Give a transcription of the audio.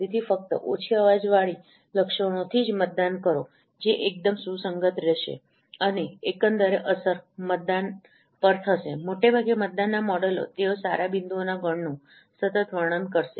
તેથી ફક્ત ઓછી અવાજવાળી લક્ષણોથી જ મતદાન કરો જે એકદમ સુસંગત રહેશે અને એકંદરે અસર મતદાન પર થશે મોટે ભાગે મતદાનના મોડેલો તેઓ સારા બિંદુઓનો ગણનું સતત વર્ણન કરશે